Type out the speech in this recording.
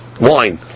wine